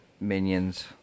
Minions